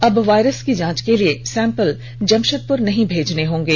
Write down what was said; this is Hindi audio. अब वायरस की जांच के के लिए सैम्पल जमषेदपुर नहीं भेजने होंगे